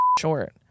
short